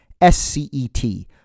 SCET